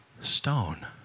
stone